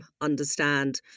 understand